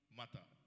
matter